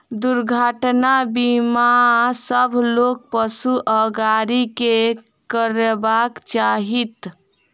दुर्घटना बीमा सभ लोक, पशु आ गाड़ी के करयबाक चाही